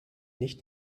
nicht